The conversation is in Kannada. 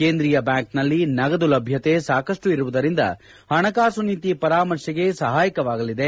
ಕೇಂದ್ರೀಯ ಬ್ಯಾಂಕ್ನಲ್ಲಿ ನಗದು ಲಭ್ಞತೆ ಸಾಕಷ್ಟು ಇರುವುದರಿಂದ ಪಣಕಾಸು ನೀತಿ ಪರಾಮರ್ಶೆಗೆ ಸಹಾಯಕವಾಗಲಿದೆ